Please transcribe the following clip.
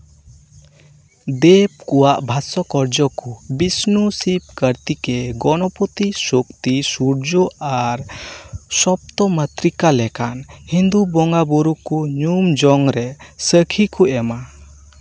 ᱫᱮᱵᱽ ᱠᱚᱣᱟᱜ ᱵᱷᱟᱥᱥᱚ ᱠᱚᱨᱡᱚ ᱠᱚ ᱵᱤᱥᱱᱩ ᱥᱤᱵᱽ ᱠᱟᱹᱨᱛᱤᱠᱮ ᱜᱚᱱᱚᱯᱚᱛᱤ ᱥᱚᱠᱛᱤ ᱥᱩᱨᱡᱚ ᱟᱨ ᱥᱚᱯᱛᱚ ᱢᱟᱛᱨᱤᱠᱟ ᱞᱮᱠᱟᱱ ᱦᱤᱱᱫᱩ ᱵᱚᱸᱜᱟᱼᱵᱩᱨᱩ ᱠᱚ ᱧᱩᱢ ᱡᱚᱝ ᱨᱮ ᱥᱟᱹᱠᱷᱤ ᱠᱚ ᱮᱢᱟ